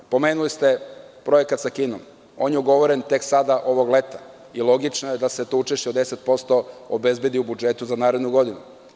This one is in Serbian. Pomenuli ste projekat sa Kinom on je ugovoren tek sada ovog leta i logično je da se to učešće od 10% obezbedi u budžetu za narednu godinu.